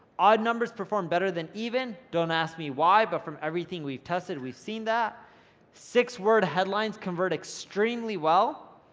odd numbers perform better than even, don't ask me why but from everything we've tested. we've seen that six word headlines convert extremely well,